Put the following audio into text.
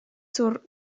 zur